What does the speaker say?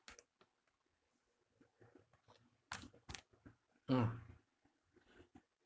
mm